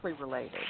related